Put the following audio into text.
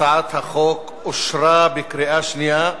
הצעת החוק אושרה בקריאה שנייה.